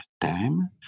time